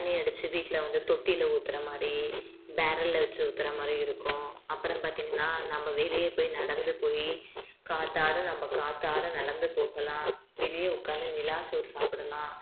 தண்ணீர் அடித்து வீட்டில் வந்து தொட்டியில் ஊத்துகிற மாதிரி பேரலலில் வச்சு ஊத்துகிற மாதிரி இருக்கும் அப்புறம் பார்த்திங்கன்னா நம்ம வெளியே போய் நடந்து போய் காற்றாட நம்ம காற்றாட நடந்து போகலாம் வெளியே உட்காந்து நிலா சோறு சாப்பிடலாம்